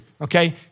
okay